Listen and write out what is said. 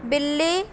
ਬਿੱਲੀ